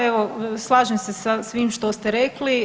Evo slažem se sa svim što ste rekli.